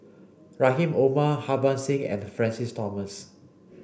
Rahim Omar Harbans Singh and Francis Thomas